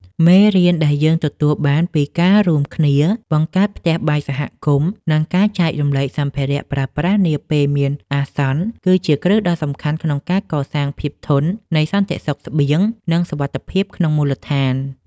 មេរៀនដែលយើងទទួលបានពីការរួមគ្នាបង្កើតផ្ទះបាយសហគមន៍ និងការចែករំលែកសម្ភារៈប្រើប្រាស់នាពេលមានអាសន្ន គឺជាគ្រឹះដ៏សំខាន់ក្នុងការកសាងភាពធន់នៃសន្តិសុខស្បៀង និងសុវត្ថិភាពក្នុងមូលដ្ឋាន។